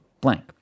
blank